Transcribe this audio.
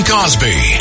Cosby